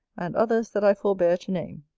and others that i forbear to name.